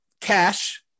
Cash